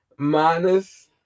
Minus